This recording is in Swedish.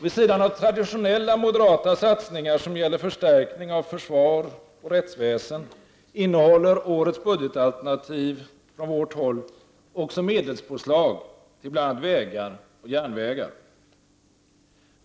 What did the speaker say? Vid sidan av traditionella moderata satsningar som gäller förstärkning av försvar och rättsväsen innehåller årets budgetalternativ från vårt håll också medelspåslag till bl.a. vägar och järnvägar.